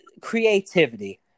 creativity